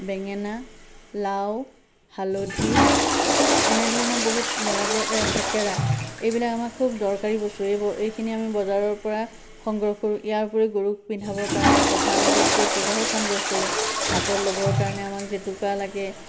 বেঙেনা লাও হালধি এনেধৰণৰ বহুত নেলাগে থেকেৰা এইবিলাক আমাৰ খুব দৰকাৰী বস্তু এইবোৰ এইখিনি আমি বজাৰৰ পৰা সংগ্ৰহ কৰোঁ ইয়াৰ উপৰিও গৰুক পিন্ধাবৰ কাৰণে পঘা লাগে সেই পঘাও সংগ্ৰহ কৰোঁ হাতত ল'বৰ কাৰণে আমাক জেতুকা লাগে